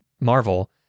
marvel